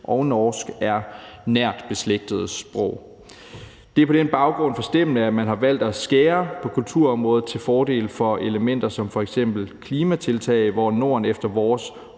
og norsk er nært beslægtede sprog. Det er på den baggrund forstemmende, at man har valgt at skære på kulturområdet til fordel for elementer som f.eks. klimatiltag, da Norden efter vores